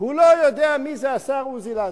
הוא לא יודע מי זה השר עוזי לנדאו.